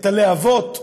את הלהבות מצפת,